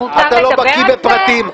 אתה לא בקי בפרטים,